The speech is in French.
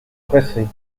presser